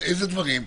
איזה דברים,